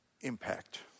impact